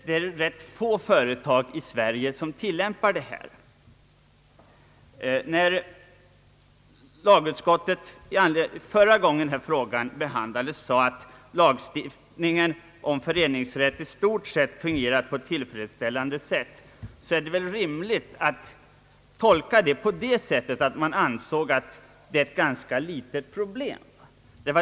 Det är rätt få företag i Sverige som begagnar sig av den möjligheten. När andra lagutskottet förra gången denna fråga behandlades uttalade att lagen om föreningsrätt »i stort sett fungerat på ett tillfredsställande sätt», är det väl rimligt att tolka det så, att man ansåg att det är ett ganska litet problem som här tagits upp.